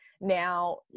now